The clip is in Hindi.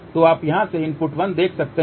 तो आप यहाँ से इनपुट 1 देख सकते हैं